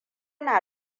na